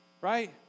right